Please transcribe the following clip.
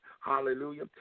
hallelujah